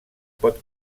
pot